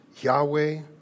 Yahweh